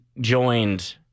joined